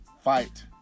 fight